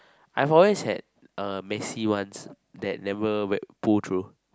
I've always had messy ones that never pull through